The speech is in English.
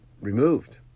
removed